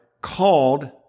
called